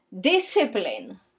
discipline